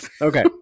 okay